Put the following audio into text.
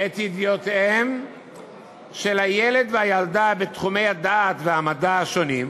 את ידיעותיהם של הילד והילדה בתחומי הדעת והמדע השונים,